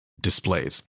displays